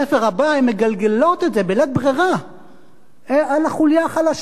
ברירה בספר הבא הן מגלגלות את זה על החוליה החלשה